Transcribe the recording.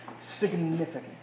significant